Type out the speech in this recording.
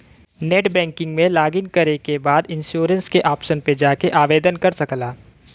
net banking में login करे के बाद इन्शुरन्स के ऑप्शन पे जाके आवेदन कर सकला